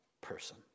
person